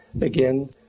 again